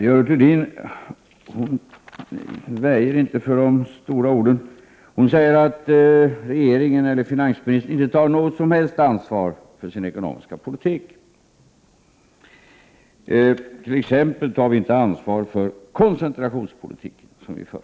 Görel Thurdin väjer inte för de stora orden. Hon säger att regeringen och Prot. 1988/89:59 finansministern inte tar något som helst ansvar för sin ekonomiska politik. 1 februari 1989 T.ex. tar vi inte ansvar för den koncentrationspolitik som vi för.